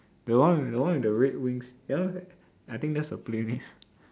the one the one with the red wings that one I think that's the playmate